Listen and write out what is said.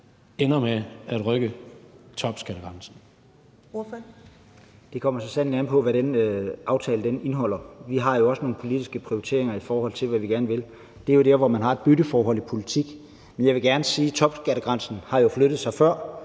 11:25 René Christensen (DF): Det kommer så sandelig an på, hvad den aftale indeholder. Vi har jo også nogle politiske prioriteringer, i forhold til hvad vi gerne vil. Det er jo der, hvor man har et bytteforhold i politik. Men jeg vil gerne sige, at topskattegrænsen jo har flyttet sig før,